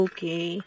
Okay